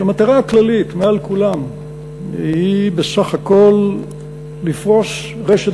המטרה הכללית מעל כולם היא בסך הכול לפרוס רשת